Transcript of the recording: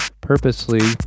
purposely